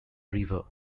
river